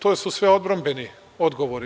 To su sve odbrambeni odgovori.